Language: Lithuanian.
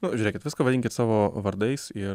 nu žiūrėkit viską vadinkit savo vardais ir